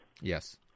Yes